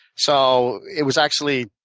so it was actually